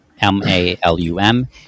m-a-l-u-m